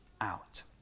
out